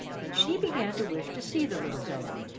and she began to wish to see the little fellow.